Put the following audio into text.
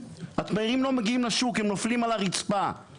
התמרים נופלים על הרצפה ולא מגיעים לשוק.